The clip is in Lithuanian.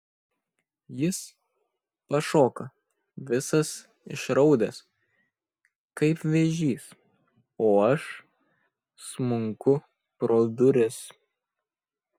jis pašoka visas išraudęs kaip vėžys o aš smunku pro duris